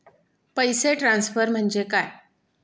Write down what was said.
पैसे ट्रान्सफर म्हणजे काय?